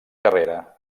carrera